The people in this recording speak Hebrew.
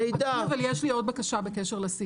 יש לי עוד בקשה בקשר לסעיף הזה.